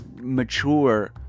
mature